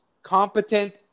competent